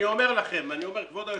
אני אומר לכם, כבוד היושב-ראש,